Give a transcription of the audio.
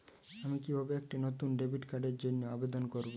আমি কিভাবে একটি নতুন ডেবিট কার্ডের জন্য আবেদন করব?